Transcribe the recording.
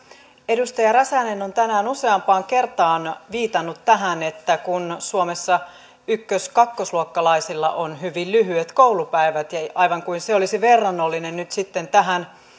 edustaja räsänen on tänään useampaan kertaan viitannut tähän että suomessa ykkös ja kakkosluokkalaisilla on hyvin lyhyet koulupäivät aivan kuin se olisi verrannollinen tähän